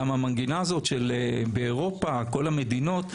גם המנגינה הזאת באירופה כל המדינות.